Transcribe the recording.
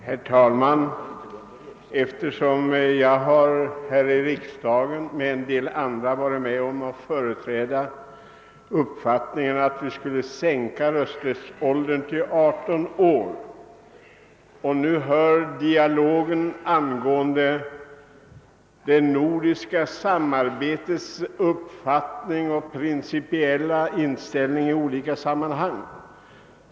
Herr talman! Jag har tillsammans med en del andra riksdagsledamöter företrätt uppfattningen att rösträttsåldern borde sänkas till 18 år. Jag har nu hört dialogen angående den principiella inställningen till det nordiska samarbetet i detta sammanhang.